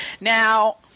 Now